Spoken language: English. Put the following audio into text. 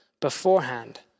beforehand